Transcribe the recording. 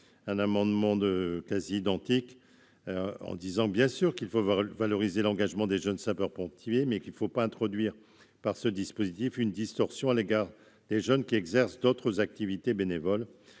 un amendement de quasi identique en disant bien sûr qu'il faut voir le valoriser l'engagement des jeunes sapeurs-pompiers mais qu'il ne faut pas introduire par ce dispositif, une distorsion à l'égard des jeunes qui exerce d'autres activités bénévoles